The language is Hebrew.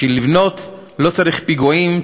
בשביל לבנות לא צריך פיגועים,